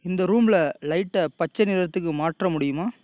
இந்த ரூமில் லைட்டை பச்சை நிறத்துக்கு மாற்ற முடியுமா